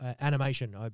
animation